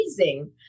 amazing